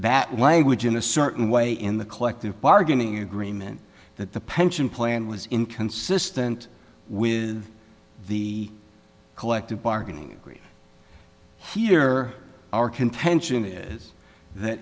that language in a certain way in the collective bargaining agreement that the pension plan was inconsistent with the collective bargaining agreement here our contention is that